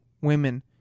women